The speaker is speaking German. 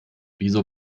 wieso